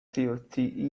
thirty